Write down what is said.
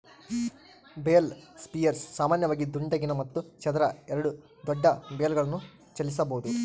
bale spears ಸಾಮಾನ್ಯವಾಗಿ ದುಂಡಗಿನ ಮತ್ತು ಚದರ ಎರಡೂ ದೊಡ್ಡ ಬೇಲ್ಗಳನ್ನು ಚಲಿಸಬೋದು